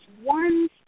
one